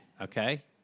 Okay